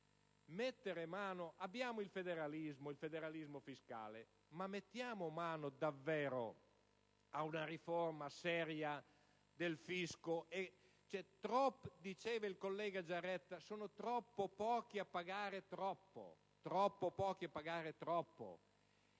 Abbiamo il federalismo fiscale. Mettiamo mano davvero ad una riforma seria del fisco. Diceva il collega Giaretta che sono troppo pochi a pagare troppo.